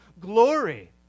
glory